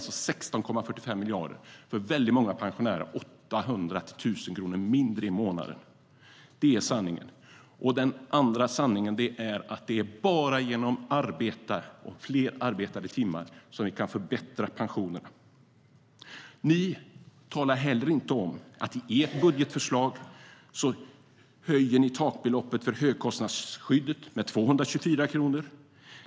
Många pensionärer får därmed 800-1 000 kronor lägre skatt i månaden. Det är sanning. En annan sanning är att det bara är genom arbete och fler arbetade timmar som vi kan förbättra pensionerna. Ni talar inte heller om att ni i ert budgetförslag höjer takbeloppet för högkostnadsskyddet med 224 kronor.